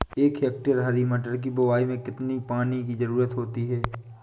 एक हेक्टेयर हरी मटर की बुवाई में कितनी पानी की ज़रुरत होती है?